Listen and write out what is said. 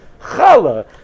Chala